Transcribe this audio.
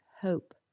hope